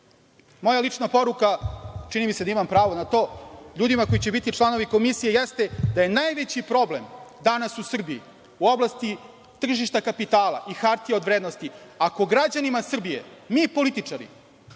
lična poruka, čini mi se da imam pravo na to, ljudima koji će biti članovi Komisije jeste da je najveći problem danas u Srbiji u oblasti tržišta kapitala i hartija od vrednosti ako građanima Srbije mi političari